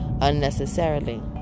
unnecessarily